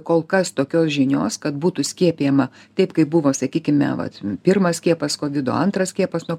kol kas tokios žinios kad būtų skiepijama taip kaip buvo sakykime vat pirmas skiepas kovido antras skiepas nuo